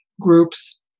groups